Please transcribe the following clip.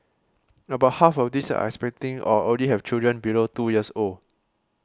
about half of these are expecting or already have children below two years old